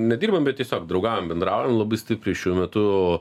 nedirbam bet tiesiog draugaujam bendraujam labai stipriai šiuo metu